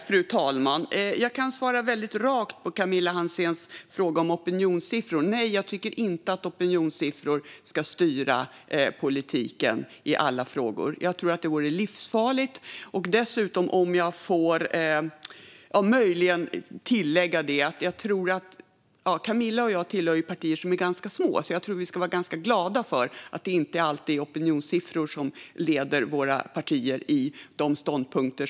Fru talman! Jag kan svara väldigt rakt på Camilla Hanséns fråga om opinionssiffror: Nej, jag tycker inte att opinionssiffror ska styra politiken i alla frågor. Jag tror att det vore livsfarligt. Dessutom, om jag möjligen får tillägga detta: Camilla och jag tillhör partier som är ganska små, och jag tror att vi ska vara glada att det inte alltid är opinionssiffror som leder våra partier i deras ståndpunkter.